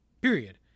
Period